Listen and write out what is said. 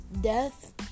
death